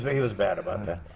but he was bad about that.